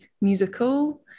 musical